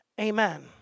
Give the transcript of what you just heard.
Amen